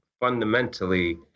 fundamentally